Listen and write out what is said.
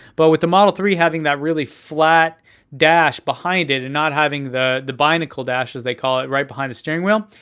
but with the model three having that really flat dash behind it, and not having the the binnacle dash, as they call it, right behind the steering wheel,